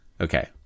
okay